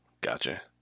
Gotcha